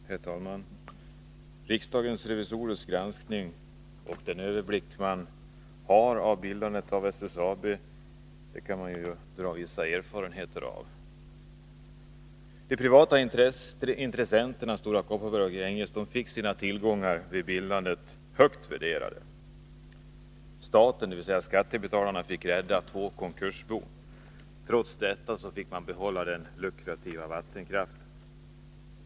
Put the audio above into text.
Herr talman! Riksdagens revisorers granskning och den överblick man har av bildandet av SSAB gör att man kan dra vissa slutsatser. De privata intressenterna, Stora Kopparberg och Gränges fick sina tillgångar högt värderade vid bildandet. Staten, dvs. skattebetalarna, fick 169 rädda två konkursbon. Trots detta fick företagen behålla den lukrativa vattenkraften.